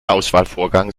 auswahlvorgang